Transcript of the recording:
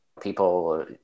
People